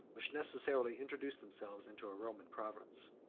which necessarily introduced themselves into a roman province.